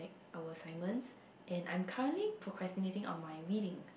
our assignments and I'm currently procrastinating on my reading